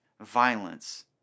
violence